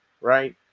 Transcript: right